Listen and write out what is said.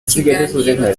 kiganiro